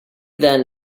then